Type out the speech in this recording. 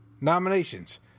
nominations